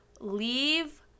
leave